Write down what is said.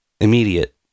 Immediate